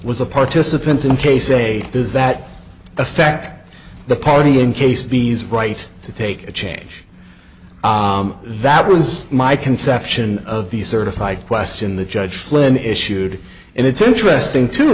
was a participant in case a does that affect the party in case b s right to take a change that was my conception of the certified question the judge flynn issued and it's interesting too